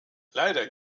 leider